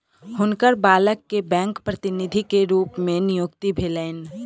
हुनकर बालक के बैंक प्रतिनिधि के रूप में नियुक्ति भेलैन